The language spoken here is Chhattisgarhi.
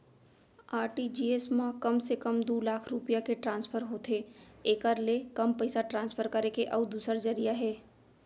आर.टी.जी.एस म कम से कम दू लाख रूपिया के ट्रांसफर होथे एकर ले कम पइसा ट्रांसफर करे के अउ दूसर जरिया हे